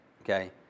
Okay